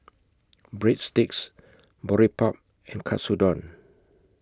Breadsticks Boribap and Katsudon